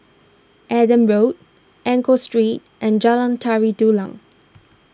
Adam Road Enggor Street and Jalan Tari Dulang